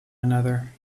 another